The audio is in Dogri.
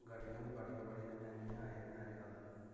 गड्डियां बड़ियां बड़ियां मैंह्गियां आई दियां अज्जकल